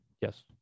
Yes